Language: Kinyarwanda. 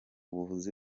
buvuzi